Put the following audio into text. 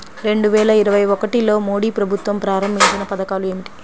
రెండు వేల ఇరవై ఒకటిలో మోడీ ప్రభుత్వం ప్రారంభించిన పథకాలు ఏమిటీ?